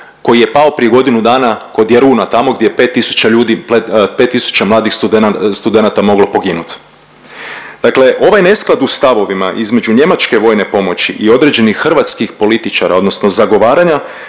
koji je pao prije godinu dana kod Jaruna tamo gdje je 5 tisuća ljudi, 5 tisuća mladih studenata moglo poginuti. Dakle, ovaj nesklad u stavovima između Njemačke vojne pomoći i određenih hrvatskih političara odnosno zagovaranja